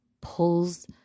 pulls